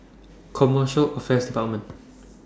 Commercial Affairs department